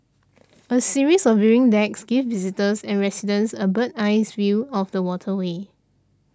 a series of viewing decks gives visitors and residents a bird eyes view of the waterway